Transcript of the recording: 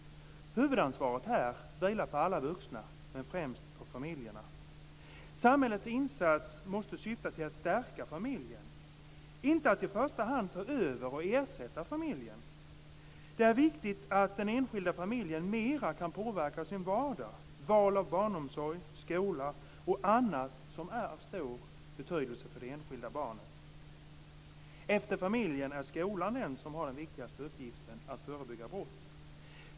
Huvudansvaret här vilar på alla vuxna men främst på familjerna. Samhällets insats måste syfta till att stärka familjen, inte att i första hand ta över och ersätta familjen. Det är viktigt att den enskilda familjen mera kan påverka sin vardag: val av barnomsorg, skola och annat som är av stor betydelse för det enskilda barnet. Efter familjen är skolan den som har den viktigaste uppgiften att förebygga brott.